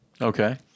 Okay